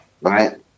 Right